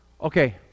Okay